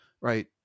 right